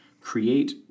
Create